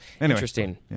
Interesting